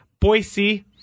boise